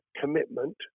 commitment